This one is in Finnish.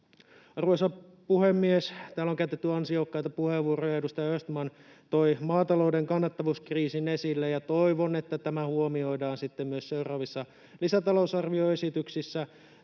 Arvoisa puhemies! Täällä on käytetty ansiokkaita puheenvuoroja. Edustaja Östman toi maatalouden kannattavuuskriisin esille, ja toivon, että tämä huomioidaan sitten myös seuraavissa lisätalousarvioesityksissä.